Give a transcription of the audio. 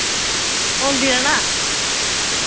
औंदी ऐ ना